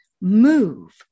move